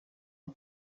les